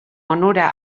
onura